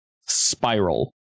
spiral